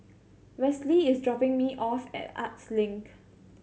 Wesley is dropping me off at Arts Link